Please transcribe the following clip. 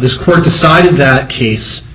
this court decided that case in